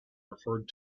referred